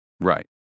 Right